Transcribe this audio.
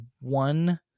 one